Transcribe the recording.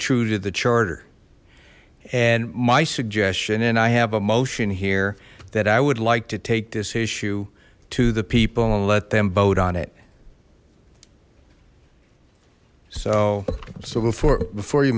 true to the charter and my suggestion and i have a motion here that i would like to take this issue to the people and let them vote on it so so before before you